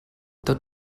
tot